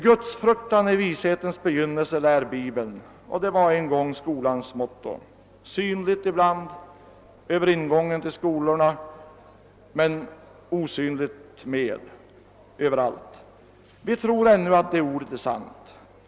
»Gudsfruktan är vishetens begynnelse», lär Bibeln, och det var en gång skolans motto, ibland synligt över ingången till skolan och osynligt med överallt. Vi tror ännu att det ordet är sant.